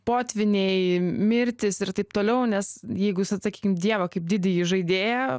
potvyniai mirtus ir taip toliau nes jeigu sakykim dievą kaip didįjį žaidėją